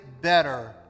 better